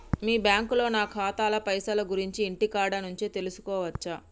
మీ బ్యాంకులో నా ఖాతాల పైసల గురించి ఇంటికాడ నుంచే తెలుసుకోవచ్చా?